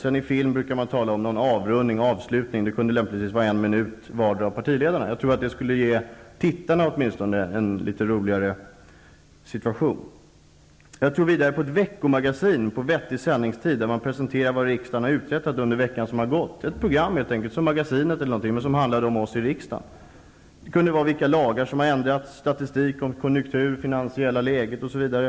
I film talar man sedan om avrundning och avslutning. Det kunde lämpligtvis vara en minut vardera för partiledarna. Jag tror att det skulle åtminstone ge tittarna en litet roligare situation. Jag tror vidare på ett veckomagasin på vettig sändningstid, där man presenterar vad riksdagen har uträttat under veckan som har gått -- ett program som Magasinet t.ex., som handlade om oss i riksdagen. Där kunde man ta upp vilka lagar som har ändrats, statistik om konjunkturer, det finansiella läget osv.